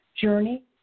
Journey